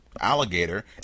alligator